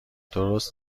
درست